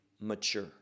mature